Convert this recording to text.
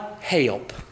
help